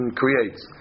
creates